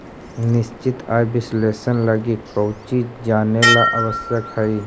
निश्चित आय विश्लेषण लगी कउची जानेला आवश्यक हइ?